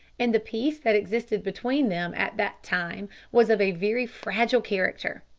and the peace that existed between them at that time was of a very fragile character.